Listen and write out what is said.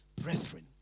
brethren